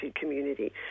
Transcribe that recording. community